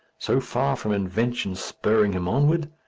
so far from invention spurring him onward,